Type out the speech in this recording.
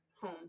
home